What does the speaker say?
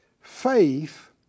faith